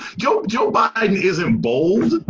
joe. joe biden is emboldened.